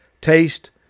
taste